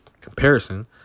comparison